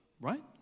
right